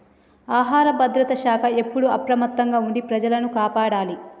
ఆహార భద్రత శాఖ ఎప్పుడు అప్రమత్తంగా ఉండి ప్రజలను కాపాడాలి